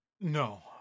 No